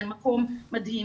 זה מקום מדהים.